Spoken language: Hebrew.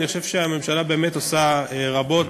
אני חושב שהממשלה באמת עושה רבות,